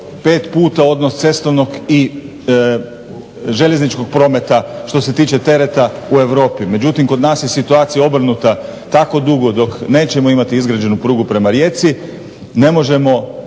5 puta odnos cestovnog i željezničkog prometa što se tiče tereta u Europi. Međutim, kod nas je situacija obrnuta tako dugo dok nećemo imati izgrađenu prugu prema Rijeci ne možemo